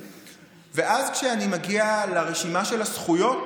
ואז, כשאני מגיע לרשימה של הזכויות,